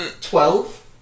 Twelve